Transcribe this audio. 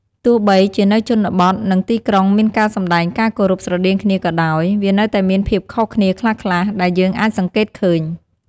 ទោះបីជានៅជនបទ និងទីក្រុងមានការសម្តែងការគោរពស្រដៀងគ្នាក៏ដោយ វានៅតែមានភាពខុសគ្នាខ្លះៗ ដែលយើងអាចសង្កេតឃើញ។